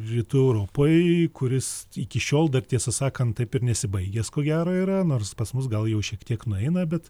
rytų europoj kuris iki šiol dar tiesą sakant taip ir nesibaigęs ko gero yra nors pas mus gal jau šiek tiek nueina bet